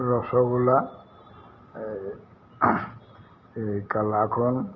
ৰসগোল্লা এই এই কালাকন